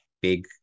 big